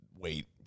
wait